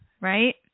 Right